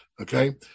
okay